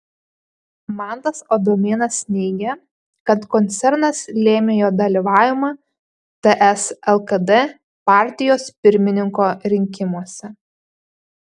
mantas adomėnas neigia kad koncernas lėmė jo dalyvavimą ts lkd partijos pirmininko rinkimuose